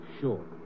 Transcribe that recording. Sure